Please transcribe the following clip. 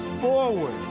forward